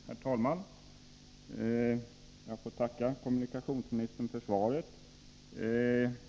Herr talman! Jag får tacka kommunikationsministern för svaret.